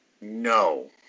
no